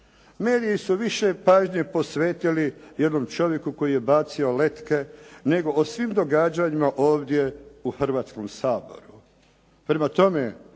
Mediji su više pažnje posvetili jednom čovjeku koji je bacio letke, nego o svim događanjima ovdje u Hrvatskom saboru.